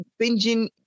binging